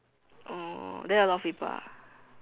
oh then a lot of people ah